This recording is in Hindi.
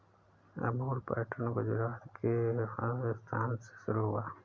अमूल पैटर्न गुजरात के आणंद स्थान से शुरू हुआ है